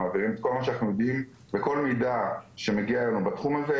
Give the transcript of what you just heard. ומעבירים את כל מה שאנחנו יודעים וכל מידע שמגיע אלינו בתחום הזה,